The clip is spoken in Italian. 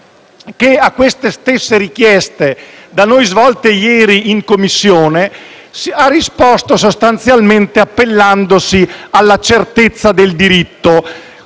che a queste stesse richieste da noi avanzate ieri in Commissione, ha risposto sostanzialmente appellandosi alla certezza del diritto.